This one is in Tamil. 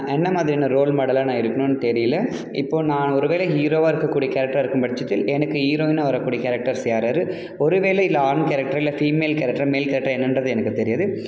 என்ன மாதிரியான ரோல் மாடலாக நான் இருக்கணும்னு தெரியல இப்போது நான் ஒரு வேளை ஹீரோவா இருக்கக்கூடிய கேரக்டரா இருக்கும் பட்சத்தில் எனக்கு ஹீரோயினா வரக்கூடிய கேரக்டர்ஸ் யார் யாரு ஒரு வேளை இதில் ஆண் கேரக்டராக இல்லை ஃபீமேல் கேரக்டரா மேல் கேரக்டரா என்னென்றது எனக்குத் தெரியாது